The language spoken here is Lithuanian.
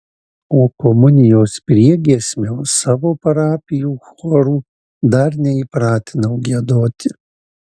o komunijos priegiesmio savo parapijų chorų dar neįpratinau giedoti